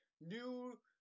new